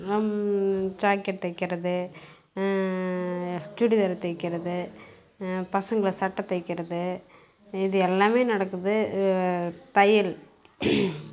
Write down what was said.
jacket தைக்கிறது சுடிதார் தைக்கிறது பசங்கள் சட்டை தைக்கிறது இது எல்லாமே நடக்குது தையல்